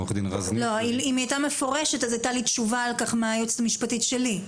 אם היא היתה מפורשת אז היתה לי תשובה על כך מהיועצת המשפטית שלי.